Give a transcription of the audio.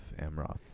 Amroth